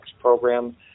program